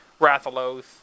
Rathalos